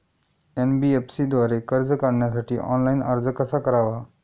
NBFC द्वारे कर्ज काढण्यासाठी ऑनलाइन अर्ज कसा करावा?